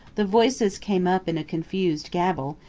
the voices came up in a confused gabble,